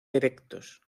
erectos